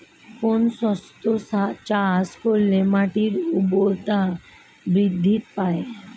কোন শস্য চাষ করলে মাটির উর্বরতা বৃদ্ধি পায়?